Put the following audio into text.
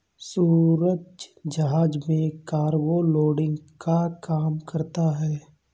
सूरज जहाज में cargo loading का काम करता है